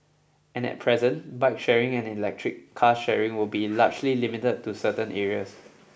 and at present bike sharing and electric car sharing will be largely limited to certain areas